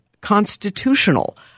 constitutional